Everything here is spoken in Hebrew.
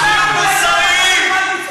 המסר הוא, מוסריים.